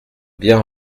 bien